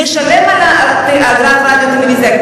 נשלם על אגרת רדיו וטלוויזיה,